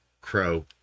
Crow